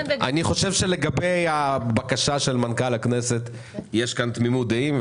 לגבי בקשת מנכ"ל הכנסת יש פה תמימות דעים.